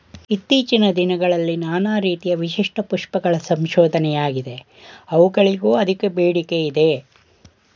ಇತ್ತೀಚಿನ ದಿನದಲ್ಲಿ ನಾನಾ ರೀತಿ ವಿಶಿಷ್ಟ ಪುಷ್ಪಗಳ ಸಂಶೋಧನೆಯಾಗಿದೆ ಅವುಗಳಿಗೂ ಅಧಿಕ ಬೇಡಿಕೆಅಯ್ತೆ